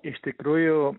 iš tikrųjų